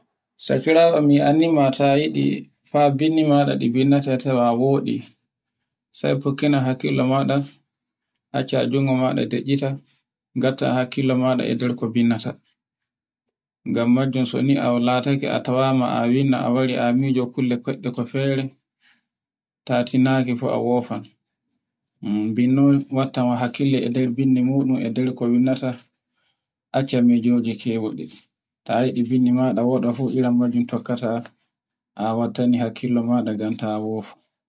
Sakirawo an mi annin ma tani a yiɗi bindi maɗa ɗi bindata woɗi sai fukkina hakkilo maɗa acca jungo maɗa deiita ngatta hakkilo maɗa e dow ko bindaata. Ngam majun so ni alatake a tawama a winnda a wari amija kulle koɗɗe ko fere, tatinaaki a wofan, binnol wattama hakkilo ma e nder bindi muɗum e nder ko windata acca mejoji kewodi, ta yidi bindi mada woɗa fu iranmajum tokkata, a wattani hakkilo maɗa ngam ta wofu.